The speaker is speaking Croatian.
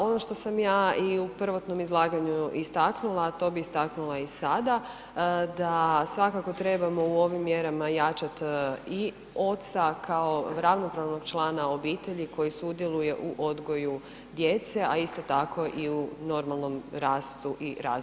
Ono što sam ja i u prvotnom izlaganju istaknula, a to bi istaknula i sada da svakako trebamo u ovim mjerama jačati i oca kao ravnopravnog člana obitelji koji sudjeluje u odgoju djece, a isto tako i u normalnom rastu i razvoju djeteta.